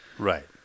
Right